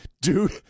Dude